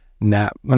nap